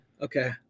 Okay